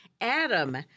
adam